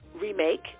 remake